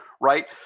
Right